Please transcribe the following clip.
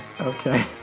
Okay